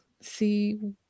see